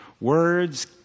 Words